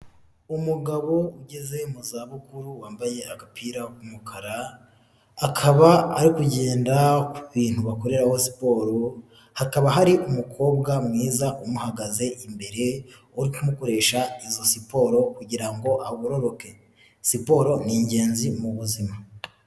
Umugabo ugeze mu za bukuru, wambaye agapira k'umukara, akaba ari kugenda ku bintu bakoreraho siporo, hakaba hari umukobwa mwiza umuhagaze imbere, uri kumukoresha izo siporo, kugira ngo agororoke. Siporo ni ingenzi mu buzima.